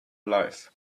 life